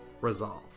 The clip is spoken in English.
resolve